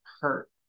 hurt